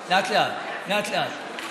לאט-לאט, לאט-לאט.